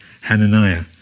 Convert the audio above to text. Hananiah